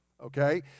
okay